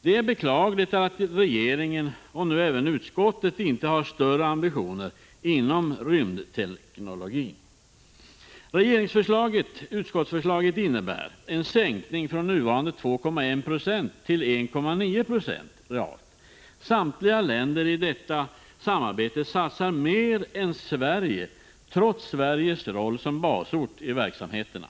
Det är beklagligt att regeringen och nu även utskottet inte har större ambitioner inom rymdteknologin. Regeringsförslaget och utskottsförslaget innebär en sänkning från nuvarande 2,1 9 till 1,9 2 realt. Samtliga länder i detta samarbete satsar mer än Sverige, trots Sveriges roll som basort i verksamheterna.